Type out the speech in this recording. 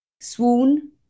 swoon